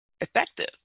effective